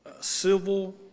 civil